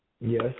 Yes